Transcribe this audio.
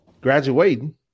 graduating